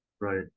Right